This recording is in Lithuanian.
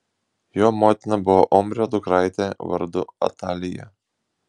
jo motina buvo omrio dukraitė vardu atalija